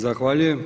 Zahvaljujem.